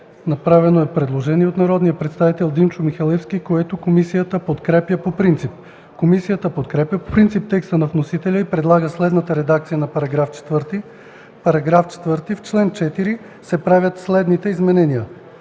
отново има предложение от народния представител Димчо Михалевски, което комисията подкрепя по принцип. Комисията подкрепя по принцип текста на вносителя и предлага следната редакция на § 5: „§ 5. В чл. 6 се правят следните изменения